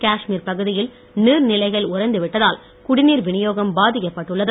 காஷ்மீர் பகுதியில் நீர் நிலைகள் உறைந்துவிட்டதால் குடிநிர் விநியோகம் பாதிக்கப்பட்டுள்ளது